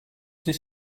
this